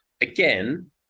again